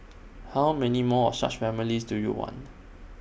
how many more of such families do you want